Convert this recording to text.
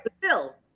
Bill